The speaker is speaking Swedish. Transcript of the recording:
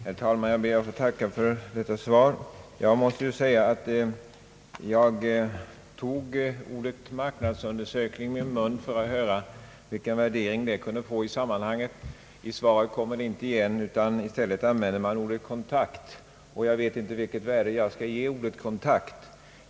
Herr talman! Jag ber att få tacka för detta svar. Jag måste säga att jag tog ordet marknadsundersökning i munnen för att höra vilken värdering det kunde få i sammanhanget. I svaret kommer det inte igen, utan där använder man ordet kontakt. Jag vet inte vilket värde jag skall ge ordet kontakt.